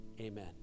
Amen